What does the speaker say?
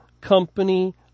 company